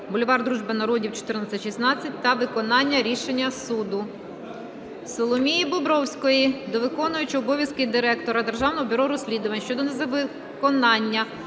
бульвар Дружби Народів, 14-16 та виконання рішення суду. Соломії Бобровської до виконувача обов'язків Директора Державного бюро розслідувань щодо невиконання